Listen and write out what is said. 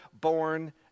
born